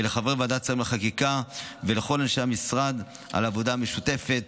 ולחברי ועדת השרים לענייני חקיקה ולכל אנשי המשרד על העבודה המשותפת.